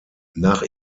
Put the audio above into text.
nach